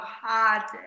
hard